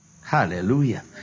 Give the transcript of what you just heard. Hallelujah